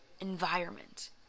environment